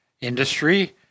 industry